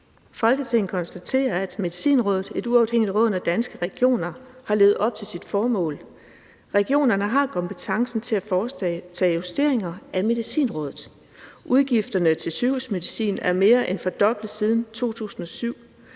»Folketinget konstaterer, at Medicinrådet, et uafhængigt råd under Danske Regioner, har levet op til sit formål. Regionerne har kompetencen til at foretage justeringer af Medicinrådet. Udgifterne til sygehusmedicin er mere end fordoblet siden 2007.